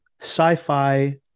sci-fi